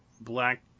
black